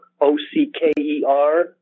O-C-K-E-R